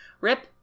Rip